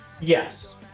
Yes